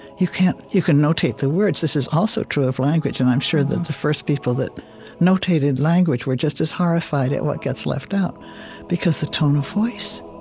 you can't you can notate the words. this is also true of language, and i'm sure that the first people that notated language were just as horrified at what gets left out because the tone of voice